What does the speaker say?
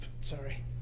Sorry